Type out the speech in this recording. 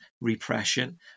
repression